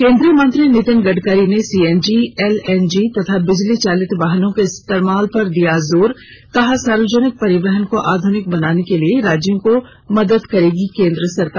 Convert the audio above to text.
केन्द्रीय मंत्री नितिन गडकरी ने सीएनजी एलएनजी तथा बिजली चालित वाहनों के इस्तेमाल पर दिया जोर कहा सार्वजनिक परिवहन को आधुनिक बनाने के लिए राज्यों को मदद करेगी केंद्र सरकार